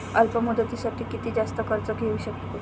अल्प मुदतीसाठी किती जास्त कर्ज घेऊ शकतो?